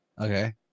okay